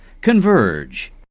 converge